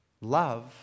Love